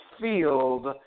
field